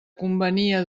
convenia